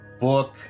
book